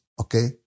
Okay